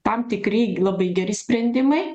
tam tikri labai geri sprendimai